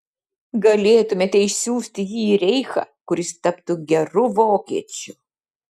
galėtumėte išsiųsti jį į reichą kur jis taptų geru vokiečiu